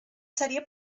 seria